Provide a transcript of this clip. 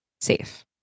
safe